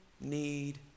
need